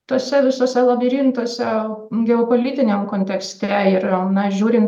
tuose visuose labirintuose geopolitiniam kontekste ir na žiūrin